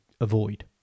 avoid